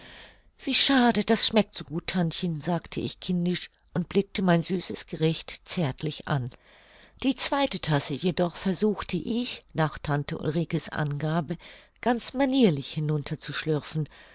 wie schade das schmeckt so gut tantchen sagte ich kindisch und blickte mein süßes gericht zärtlich an die zweite tasse jedoch versuchte ich nach tante ulrike's angabe ganz manierlich hinunter zu schlürfen